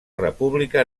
república